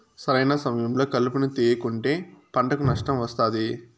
సరైన సమయంలో కలుపును తేయకుంటే పంటకు నష్టం వస్తాది